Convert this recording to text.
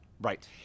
Right